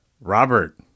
Robert